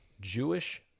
Jewish